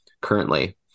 currently